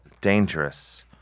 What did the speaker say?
dangerous